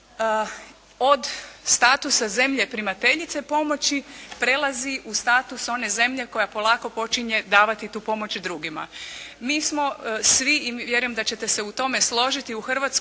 od statusa zemlje primateljice pomoći prelazi u status one zemlje koja polako počinje davati tu pomoć drugima. Mi smo svi i vjerujem da ćete se u tome složiti u Hrvatskoj